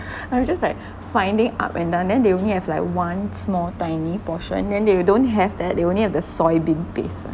and we're just like finding up and down then they only have like one small tiny portion then they don't have that they only have the soybean paste [one]